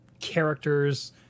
characters